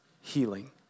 healing